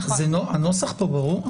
הנוסח פה ברור?